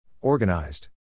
Organized